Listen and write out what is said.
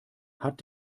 hat